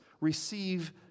receive